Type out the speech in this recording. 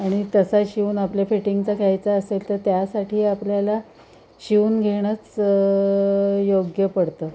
आणि तसा शिवून आपल्या फिटिंगचा घ्यायचा असेल तर त्यासाठी आपल्याला शिवून घेणंच योग्य पडतं